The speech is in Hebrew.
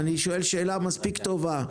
סליחה, אני שואל שאלה מספיק טובה.